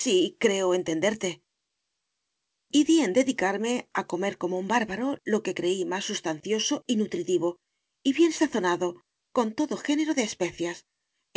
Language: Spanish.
sí creo entenderte y di en dedicarme a comer como un bárbaro lo que creí más sustancioso y nutritivo y bien sazonado con todo género de especias